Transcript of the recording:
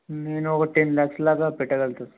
నేను ఒక టెన్ ల్యాక్స్ అలాగా పెట్టగలుగుతాను సార్